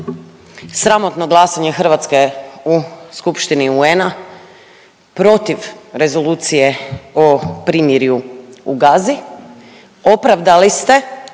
sramotno glasanje Hrvatske u Skupštini UN-a protiv rezolucije o primirju u Gazi opravdali ste